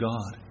God